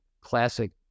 classic